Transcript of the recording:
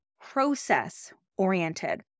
process-oriented